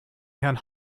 herrn